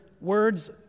words